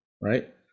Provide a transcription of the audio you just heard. right